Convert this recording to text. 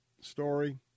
story